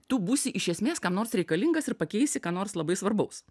tu būsi iš esmės kam nors reikalingas ir pakeisi ką nors labai svarbaus